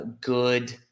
good